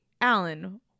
Alan